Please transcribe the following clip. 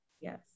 yes